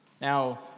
Now